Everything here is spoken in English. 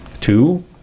Two